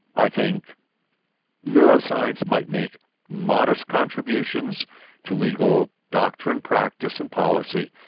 i think neuroscience might make modest contributions to legal doctrine, practice and policy,